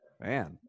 man